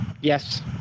yes